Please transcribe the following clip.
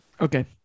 Okay